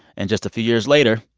and just a few years later,